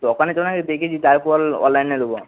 দোকানে চল না আগে দেখে আসি তারপর অনলাইনে নেব